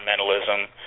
environmentalism